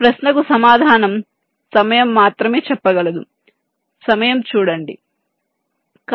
ఈ ప్రశ్నకు సమాధానం సమయం మాత్రమే చెప్పగలదు సమయం చూడండి 1600